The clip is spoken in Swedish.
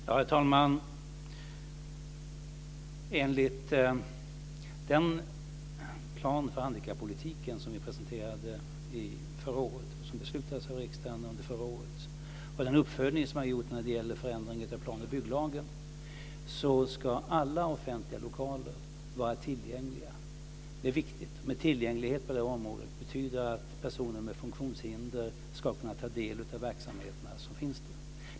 Herr talman! Enligt den plan för handikappolitiken som riksdagen fattade beslut om förra året och den uppföljning som har gjorts när det gäller förändring av plan och bygglagen ska alla offentliga lokaler vara tillgängliga. Det är viktigt. Tillgänglighet på detta område betyder att personer med funktionshinder ska kunna ta del av de verksamheter som finns där.